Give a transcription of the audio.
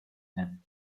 and